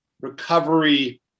recovery